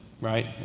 right